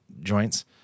joints